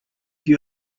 you